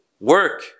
Work